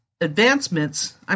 Advancements